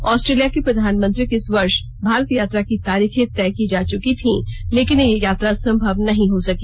Australia के प्रधानमंत्री की इस वर्ष भारत यात्रा की तारीखें तय की जा चुकी थीं लेकिन यह यात्रा संभव नहीं हो सकी